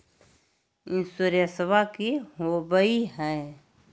इंसोरेंसबा की होंबई हय?